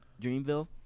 Dreamville